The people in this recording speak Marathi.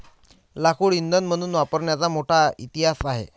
लाकूड इंधन म्हणून वापरण्याचा मोठा इतिहास आहे